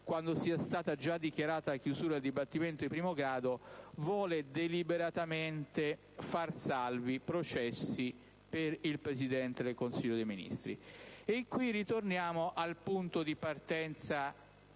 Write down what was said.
quando sia stata già dichiarata la chiusura del dibattimento di primo grado, vuole deliberatamente far salvi i processi per il Presidente del Consiglio dei ministri. E qui ritorniamo al punto di partenza,